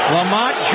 Lamont